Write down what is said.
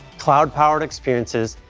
cloud-powered experiences,